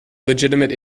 legitimate